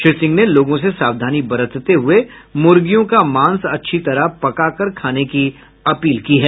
श्री सिंह ने लोगों से सावधानी बरतते हुए मूर्गियों का मांस अच्छी तरह पकाकर खाने की अपील की है